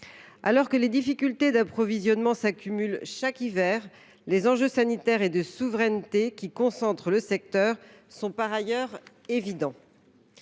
Alors que les difficultés d’approvisionnement s’accumulent chaque hiver, les enjeux sanitaires et de souveraineté que concentre le secteur sont par ailleurs évidents.